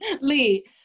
Lee